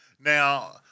now